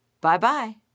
bye-bye